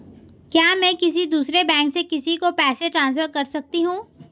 क्या मैं किसी दूसरे बैंक से किसी को पैसे ट्रांसफर कर सकती हूँ?